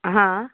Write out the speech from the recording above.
हँ